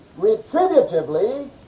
retributively